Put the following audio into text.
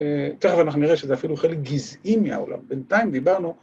‫תכף אנחנו נראה שזה אפילו חלק גזעי ‫מהעולם, בינתיים דיברנו...